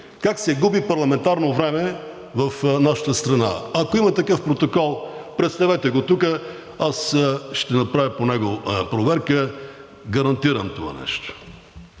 как се губи парламентарно време в нашата страна. Ако има такъв протокол, представете го тук, аз ще направя по него проверка. Това нещо